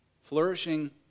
Flourishing